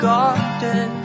garden